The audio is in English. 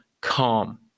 calm